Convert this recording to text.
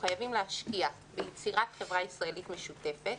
חייבים להשקיע ביצירת חברה ישראלית משותפת,